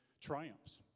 triumphs